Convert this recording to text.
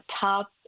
top